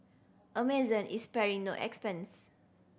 Amazon is sparing no expense